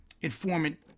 Informant